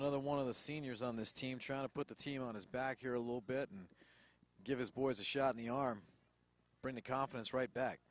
another one of the seniors on this team try to put the team on his back here a little bit and give his boys a shot in the arm bring the confidence right back